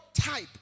type